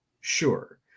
sure